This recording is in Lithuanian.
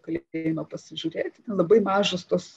kalėjime pasižiūrėti ten labai mažos tos